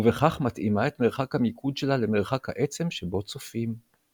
ובכך מתאימה את מרחק המיקוד שלה למרחק העצם שבו צופים.